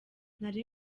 nari